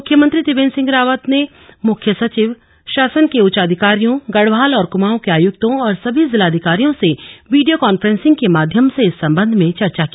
मुख्यमंत्री त्रिवेन्द्र सिंह रावत ने मुख्य सचिव शासन के उच्चाधिकारियों गढ़वाल और कुमाऊ के आयुक्तों और समी जिलाधिकारियों से वीडियों कांफ्रेंसिंग के माध्यम से इस संबंध में चर्चा की